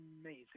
amazing